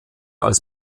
als